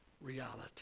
reality